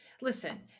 listen